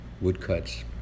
woodcuts